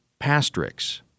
Pastrix